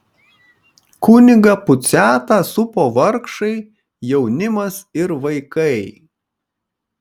kunigą puciatą supo vargšai jaunimas ir vaikai